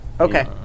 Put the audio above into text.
Okay